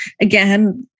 again